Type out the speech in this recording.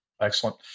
Excellent